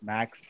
Max